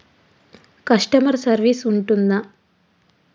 Customer service ఉంటుందా?